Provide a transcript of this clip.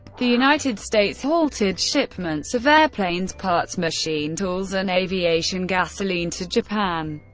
the united states halted shipments of airplanes, parts, machine tools, and aviation gasoline to japan,